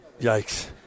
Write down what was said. Yikes